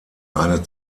eine